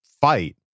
fight